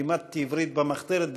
כשלימדתי עברית במחתרת,